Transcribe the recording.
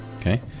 okay